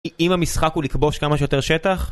אם המשחק הוא לכבוש כמה שיותר שטח?